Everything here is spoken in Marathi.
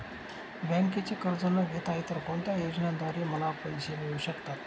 बँकेचे कर्ज न घेता इतर कोणत्या योजनांद्वारे मला पैसे मिळू शकतात?